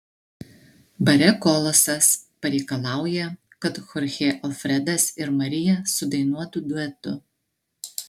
bare kolosas pareikalauja kad chorchė alfredas ir marija sudainuotų duetu